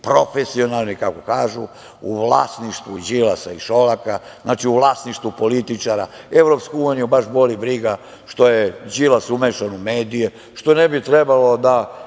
profesionalni, kako kažu, u vlasništvu Đilasa i Šolaka, znači u vlasništvu političara, Evropsku uniju baš boli briga što je Đilas umešan u medije, što ne bi trebalo da